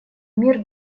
мир